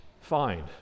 find